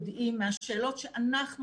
בדבר הזה אנחנו